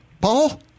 Paul